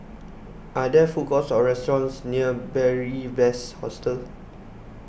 are there food courts or restaurants near Beary Best Hostel